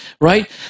right